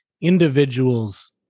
individuals